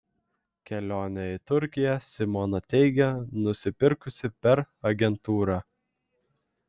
kelionę į turkiją simona teigia nusipirkusi per agentūrą